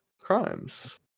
crimes